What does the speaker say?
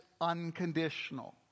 unconditional